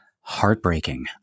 heartbreaking